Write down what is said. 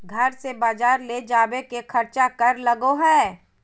घर से बजार ले जावे के खर्चा कर लगो है?